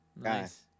Nice